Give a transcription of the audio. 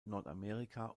nordamerika